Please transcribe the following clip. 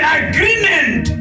agreement